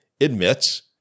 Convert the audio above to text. admits